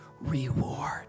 reward